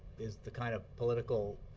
is the kind of political